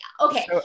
okay